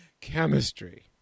chemistry